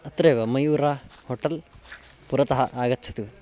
अत्रैव मयूरः होटल् पुरतः आगच्छतु